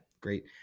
great